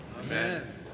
Amen